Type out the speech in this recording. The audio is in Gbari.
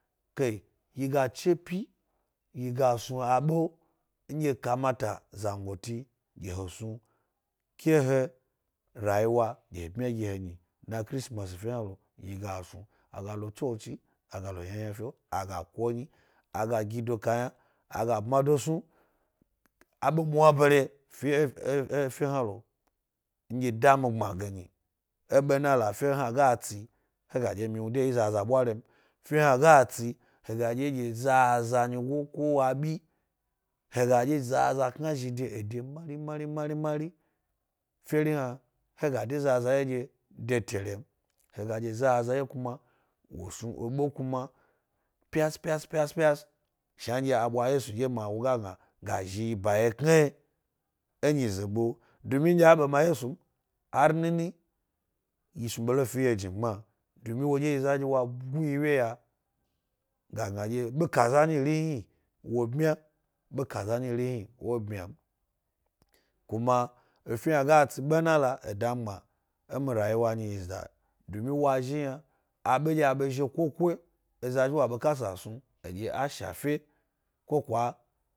Yi ga che p, ga snu abe nɗye kamata zangotiwo snu ke le rayiwa e tib mya bmya. Dna crismasi dye inna lo, asmu ga lo chochi a lo yns lo, aga konyi, aga gidp kayna, aga bma dosnu abe mwabere fi efe ina lo ndye damigbam nyi bena lo’afe ina ga tsi he ga ɗye mwnu de yi zaza bwari’o n, fe hna ga tsi he ga dye ɗye zaza nyigo ka wa bi he ga dye zaza kna zhi wo de gnu mari mari, ferii hna he ga de zaza wyedye de fere n. lega dye zaza snu ebe kuma pis pis pis pis shnandye a bwa yesu dye ma wo ga gbm ga zhin yi ba wyethnayi e myize be domin ndye abe ma yesu m, har mini yi snu be lo fi wyejmingbma. Domi wodye za nɗye wag u yi wye ya ga gnadye be kaza nyiri hni wo bmya be kaza hni wanbmya m. kuma sfe hna ga tsi be m. la? E da mi gbma e mi rayiwa nyi is that, domi wa zhi yna obe ndye abe zhiokoko eza zhi wa bekasa snu edye a shafe wo azamango.